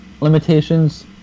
limitations